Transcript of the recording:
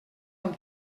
amb